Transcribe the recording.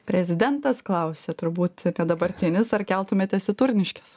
prezidentas klausia turbūt apie dabartinis ar keltumetės į turniškes